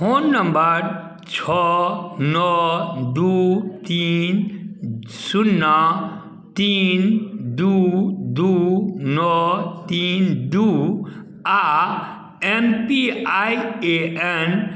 phone number छओ नओ दू तीन शून्ना तीन दू दू नओ तीन दू आ N P I A N